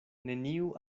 neniu